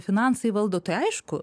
finansai valdo tai aišku